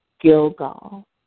Gilgal